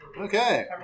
Okay